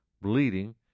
bleeding